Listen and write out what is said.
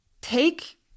take